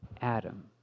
Adam